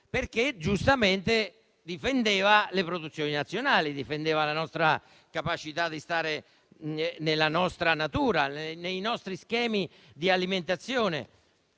perché giustamente difendeva le produzioni nazionali e la nostra capacità di stare nella nostra natura e nei nostri schemi di alimentazione.